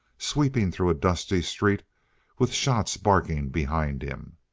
sweeping through a dusty street with shots barking behind him.